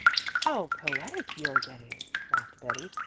how poetic you're getting, laughed betty.